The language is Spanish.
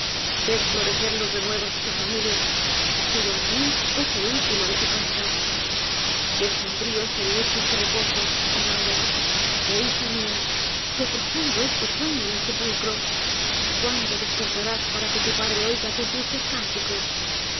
ves florecer los renuevos de tu familia pero armin es el último de su casta qué sombrío es el lecho en que reposas oh daura oh hija mia qué profundo es tu sueño en el sepulcro cuándo despertarás para que tu padre oiga tus dulces cánticos